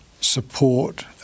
support